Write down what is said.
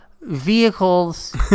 Vehicles